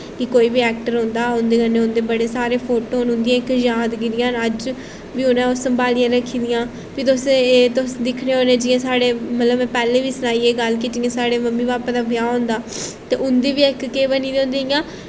कि कोई बी ऐक्टर औंदा हा उं'दे कन्नै उं'दे बड़े सारे फोटो न उं'दियां इक यादगिरियां न अज्ज बी उ'नें ओह् संभालियै रक्खी दियां फ्ही तुस एह् तुस दिक्खने होन्ने जियां साढ़े मतलब में पैह्लें बी सनाई एह् गल्ल कि जियां साढ़े मम्मी पापा दा ब्याह् होंदा ते उं'दी बी इक केह् बनी दी होंदी इ'यां